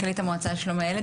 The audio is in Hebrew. מועצה לשלום הילד,